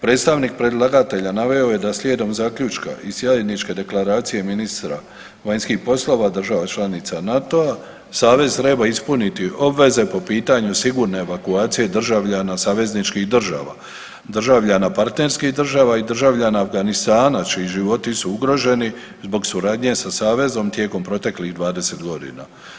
Predstavnik predlagatelja naveo je da slijedom zaključka i zajedničke deklaracije ministra vanjskih poslova država članica NATO-a, Savez treba ispuniti obveze po pitanju sigurne evakuacije državljana savezničkih država, državljana partnerskih država i državljana Afganistana, čiji životi su ugroženi zbog suradnje sa Savezom tijekom proteklih 20 godina.